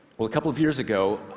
well a couple of years ago,